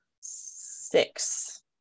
six